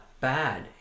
Bad